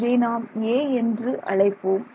இதை நாம் A என்று அழைப்போம்